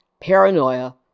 paranoia